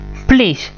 please